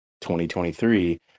2023